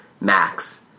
max